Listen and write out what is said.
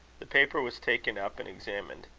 the paper was taken up and examined.